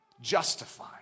justify